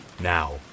Now